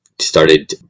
started